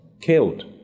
killed